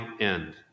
end